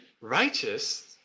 righteous